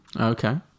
Okay